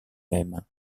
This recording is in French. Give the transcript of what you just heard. même